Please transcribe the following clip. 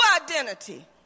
identity